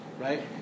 right